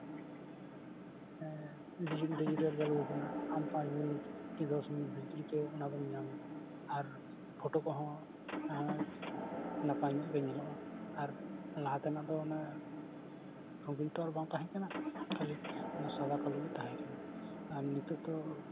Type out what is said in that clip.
Bhishan digital ᱪᱟᱹᱞᱩᱣᱟᱠᱟᱱᱟ ᱟᱢ ᱯᱟᱸᱪ ᱢᱤᱱᱤᱴ ᱠᱚ ᱫᱚᱥ ᱢᱤᱱᱤᱴ ᱵᱷᱤᱛᱨᱤ ᱛᱮ ᱚᱱᱟ ᱫᱚᱢ ᱧᱟᱢᱫᱟ ᱟᱨ ᱯᱷᱚᱴᱳ ᱠᱚᱦᱚᱸ ᱱᱟᱯᱟᱭ ᱧᱚᱜ ᱜᱮ ᱧᱮᱞᱚᱜᱼᱟ ᱟᱨ ᱞᱟᱦᱟ ᱛᱮᱱᱟᱜ ᱫᱚ ᱚᱱᱮ ᱨᱚᱸᱜᱤᱱ ᱛᱚ ᱟᱨ ᱵᱟᱝ ᱛᱟᱦᱮᱸ ᱠᱟᱱᱟ ᱠᱷᱟᱞᱤ ᱚᱱᱟ ᱥᱟᱫᱟ ᱠᱟᱞᱳ ᱜᱮ ᱛᱟᱦᱮᱸ ᱠᱟᱱᱟ ᱟᱨ ᱱᱤᱛᱳᱜ ᱫᱚ